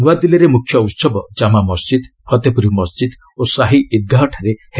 ନୂଆଦିଲ୍ଲୀରେ ମୁଖ୍ୟ ଉହବ ଜାମ୍ମା ମସ୍ଜିଦ୍ ଫତେପୁରୀ ମସ୍ଜିଦ୍ ଓ ସାହି ଇଦ୍ଗାହ ଠାରେ ହେବ